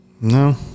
No